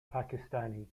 pakistani